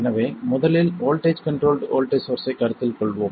எனவே முதலில் voltage controlled voltage சோர்ஸ்ஸைக் கருத்தில் கொள்வோம்